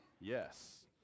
yes